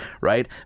right